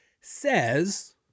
says